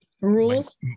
Rules